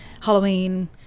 Halloween